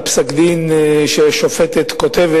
על פסק-דין ששופטת כותבת,